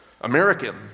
American